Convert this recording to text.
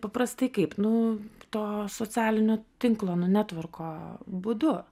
paprastai kaip nu to socialinio tinklo nu netvorko būdu